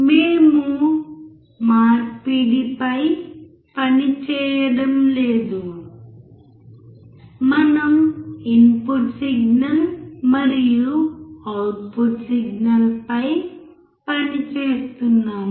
మేము మార్పిడిపై పని చేయడం లేదు మనం ఇన్పుట్ సిగ్నల్ మరియు అవుట్పుట్ సిగ్నల్పై పని చేస్తున్నాము